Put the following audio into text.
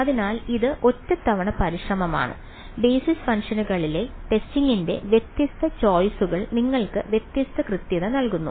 അതിനാൽ ഇത് ഒറ്റത്തവണ പരിശ്രമമാണ് ബേസിസ് ഫംഗ്ഷനുകളിലെ ടെസ്റ്റിംഗിന്റെ വ്യത്യസ്ത ചോയ്സുകൾ നിങ്ങൾക്ക് വ്യത്യസ്ത കൃത്യത നൽകുന്നു